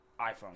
iPhone